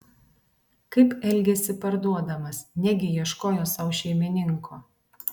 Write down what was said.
kaip elgėsi parduodamas negi ieškojo sau šeimininko